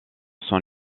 son